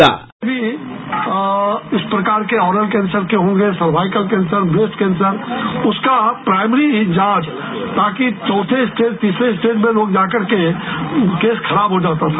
sound bite इस प्रकार के ओरल कैंसर के होंगे सर्वाइकल कैंसर ब्रेस्ट कैंसर उसका प्राइमरी जांच ताकि चौथे स्टेज तीसरे स्टेज में लोग जा करके केस खराब हो जाता था